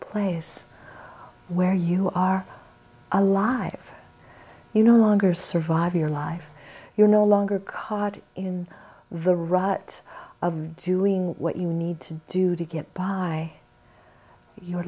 place where you are alive you no longer survive your life you're no longer card in the rut of doing what you need to do to get by you're